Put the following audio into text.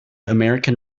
american